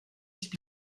spiel